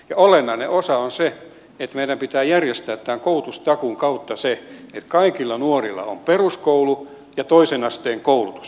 olennainen osa on se että meidän pitää järjestää tämän koulutustakuun kautta se että kaikilla nuorilla on peruskoulu ja toisen asteen koulutus